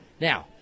Now